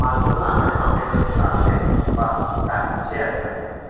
मालखौ लानानै मानसि सानैसो लानानै बास गायहैनोसै आरो सानैदो